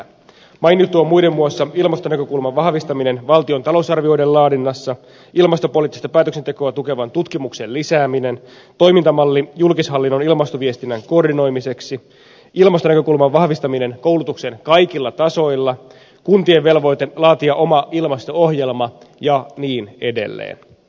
mainitaan nyt muiden muassa ilmastonäkökulman vahvistaminen valtion talousarvioiden laadinnassa ilmastopoliittista päätöksentekoa tukevan tutkimuksen lisääminen toimintamalli julkishallinnon ilmastoviestinnän koordinoimiseksi ilmastonäkökulman vahvistaminen koulutuksen kaikilla tasoilla kuntien velvoite laatia oma ilmasto ohjelma ja niin edelleen